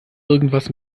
irgendwas